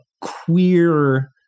queer